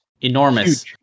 enormous